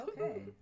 Okay